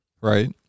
right